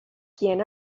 quien